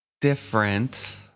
different